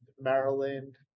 maryland